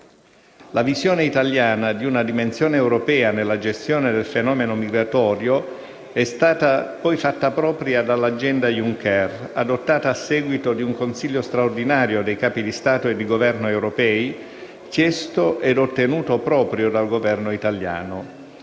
La visione italiana di una dimensione europea nella gestione del fenomeno migratorio è stata poi fatta propria dalla cosiddetta agenda Juncker, adottata a seguito di un consiglio straordinario dei Capi di Stato e di Governo europei, chiesto e ottenuto proprio dal Governo italiano.